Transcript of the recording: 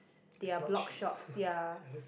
they are blogshops ya